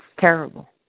terrible